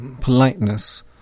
politeness